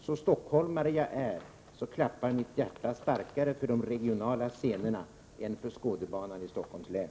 Så stockholmare jag är klappar mitt hjärta starkare för de regionala scenerna än för Skådebanan i Stockholms län.